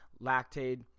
Lactate